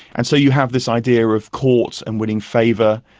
and so you have this idea of courts, and winning favour,